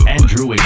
Andrew